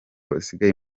basigaye